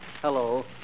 Hello